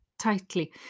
tightly